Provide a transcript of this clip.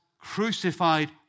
crucified